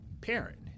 parent